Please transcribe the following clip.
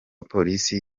polisi